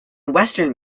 western